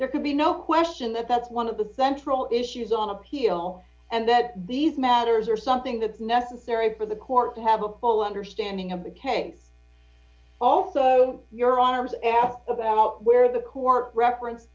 there could be no question that that's one of the central issues on appeal and that these matters are something that necessary for the court to have a full understanding of the k also your honor was asked about where the court reference